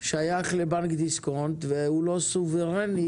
מרכנתיל שייך לבנק דיסקונט והוא לא סוברני